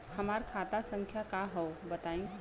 हमार खाता संख्या का हव बताई?